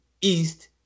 east